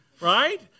right